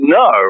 no